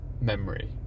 memory